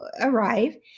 arrive